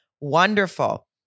wonderful